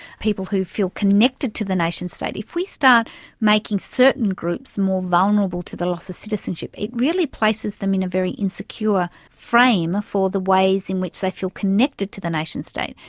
people who feel connected to the nationstate. if we start making certain groups more vulnerable to the loss of citizenship, it really places them in a very insecure frame for the ways in which they feel connected to the nationstate.